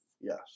Yes